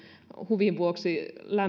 huvin vuoksi porakaivojen